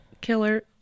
killer